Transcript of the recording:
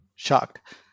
shocked